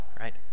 right